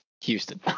Houston